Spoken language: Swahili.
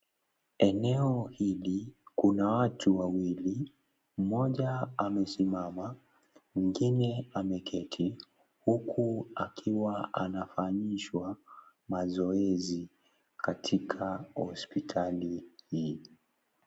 Eneo hili kuna watu wawili mmoja amesimama mwingine ameketi huku akiwa anfanyishwa mazoezi katika hospitali hii.